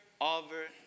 over